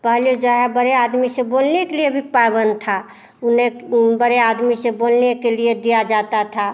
पहले जो है बड़े आदमी से बोलने के लिए भी पाबंद था ऊ नहीं बड़े आदमी से बोलने के लिए दिया जाता था